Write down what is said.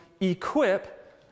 equip